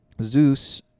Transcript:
Zeus